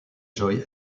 joy